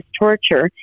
torture